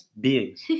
beings